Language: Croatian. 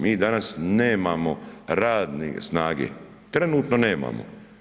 Mi danas nemamo radne snage, trenutno nemamo.